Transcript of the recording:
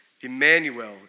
Emmanuel